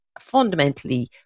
fundamentally